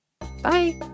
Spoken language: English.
Bye